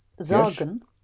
...sagen